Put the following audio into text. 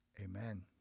amen